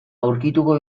aurkituko